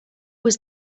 was